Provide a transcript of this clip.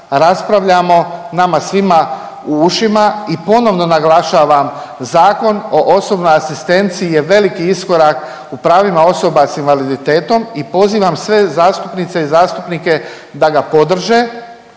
raspravljamo nama svima u ušima i ponovo naglašavam Zakon o osobnoj asistenciji je veliki iskorak u pravima osoba s invaliditetom i pozivam sve zastupnice i zastupnike da ga podrže